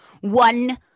one